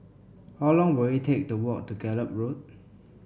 how long will it take to walk to Gallop Road